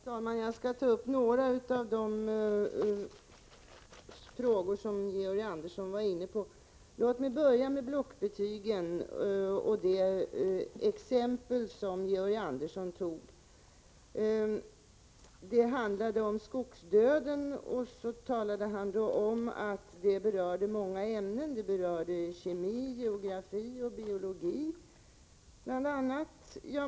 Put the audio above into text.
Herr talman! Jag skall ta upp några av de frågor som Georg Andersson var inne på. Låt mig börja med blockbetygen. Det exempel som Georg Andersson tog handlade om skogsdöden, och så talade han om att den berör många ämnen — kemi, geografi och biologi, bl.a.